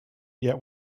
yet